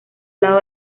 lado